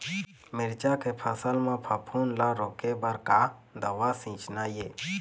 मिरचा के फसल म फफूंद ला रोके बर का दवा सींचना ये?